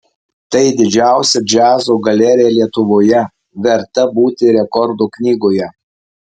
tai didžiausia džiazo galerija lietuvoje verta būti rekordų knygoje